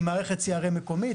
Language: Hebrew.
עם מערכת CRM מקומית,